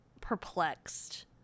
perplexed